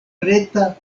preta